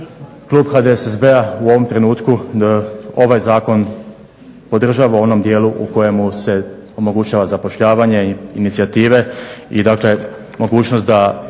Klub HDSSB-a u ovom trenutku ovaj zakon podržava u onom dijelu u kojemu se omogućava zapošljavanje i inicijative i dakle mogućnost da